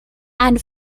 and